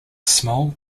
small